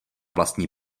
vlastní